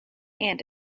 and